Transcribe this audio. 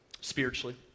spiritually